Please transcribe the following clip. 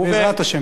בעזרת השם.